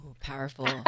powerful